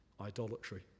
idolatry